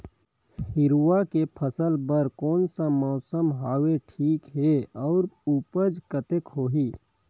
हिरवा के फसल बर कोन सा मौसम हवे ठीक हे अउर ऊपज कतेक होही?